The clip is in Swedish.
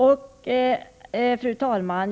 Fru talman!